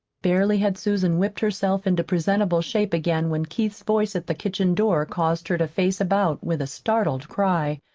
barely had susan whipped herself into presentable shape again when keith's voice at the kitchen door caused her to face about with a startled cry.